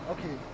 Okay